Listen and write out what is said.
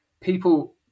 people